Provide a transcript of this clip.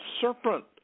serpent